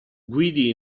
guidi